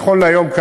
נכון להיום,